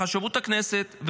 לחשבות הכנסת,